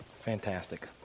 Fantastic